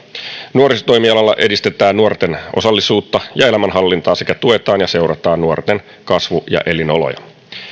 nuorisotoimialalla edistetään nuorten osallisuutta ja elämänhallintaa sekä tuetaan ja seurataan nuorten kasvu ja elinoloja